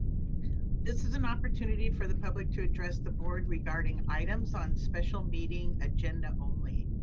this is an opportunity for the public to address the board regarding items on special meeting agenda only.